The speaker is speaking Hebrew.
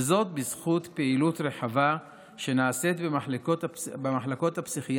וזאת בזכות פעילות רחבה שנעשית במחלקות הפסיכיאטריות,